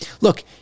Look